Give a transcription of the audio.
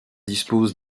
dispose